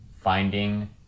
finding